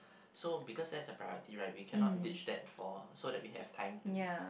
so because that's a priority right we cannot ditch that for so that we have time to